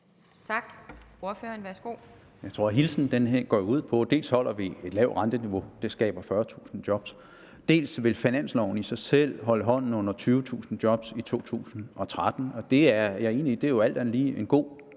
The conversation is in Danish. Paulsen (S): Jeg tror, at hilsenen går ud på, at vi dels holder et lavt renteniveau – det skaber 40.000 job – dels at finansloven i sig selv vil holde hånden under 20.000 job i 2013. Det er jo alt andet lige en god